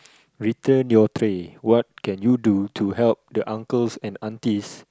return your tray what can you do to help the uncles and aunties